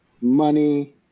money